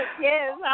Yes